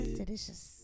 Delicious